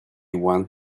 want